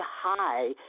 high